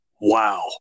Wow